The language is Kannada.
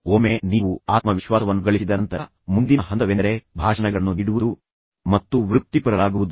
ಒಮ್ಮೆ ನೀವು ಆತ್ಮವಿಶ್ವಾಸವನ್ನು ಗಳಿಸಿದ ನಂತರ ಮುಂದಿನ ಹಂತವೆಂದರೆ ಭಾಷಣಗಳನ್ನು ನೀಡುವುದು ಮತ್ತು ವೃತ್ತಿಪರರಾಗುವುದು